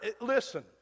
Listen